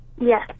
Yes